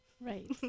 right